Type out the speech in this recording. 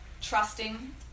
trusting